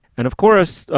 and of course,